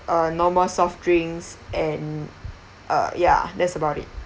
uh normal soft drinks and uh ya that's about it